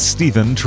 Stephen